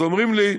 אז אומרים לי: